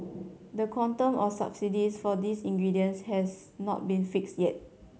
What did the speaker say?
the quantum of subsidies for these ingredients has not been fixed yet